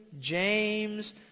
James